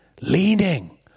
leaning